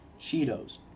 Cheetos